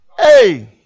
hey